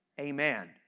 Amen